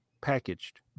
packaged